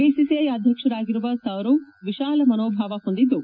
ಬಿಟಿಟ ಅಧ್ಯಕ್ಷ ರಾಗಿರುವ ಸೌರವ್ ವಿತಾಲ ಮನೋಭಾವ ಹೊಂದಿದ್ದು